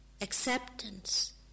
acceptance